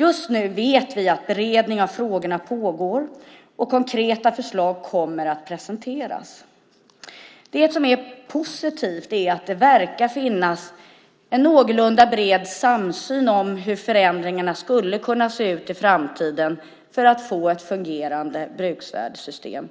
Just nu vet vi att en beredning av frågorna pågår, och konkreta förslag kommer att presenteras. Det som är positivt är att det verkar finnas en någorlunda bred samsyn om hur förändringar skulle kunna se ut i framtiden för att få ett fungerande bruksvärdessystem,